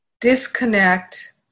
disconnect